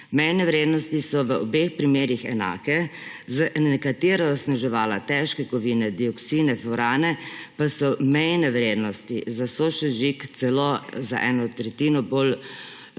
Mejne vrednosti so v obeh primerih enake, za nekatera onesnaževala: težke kovine, dioksine, furane pa so mejne vrednosti za sosežig celo za eno tretjino bolj